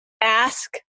ask